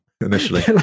initially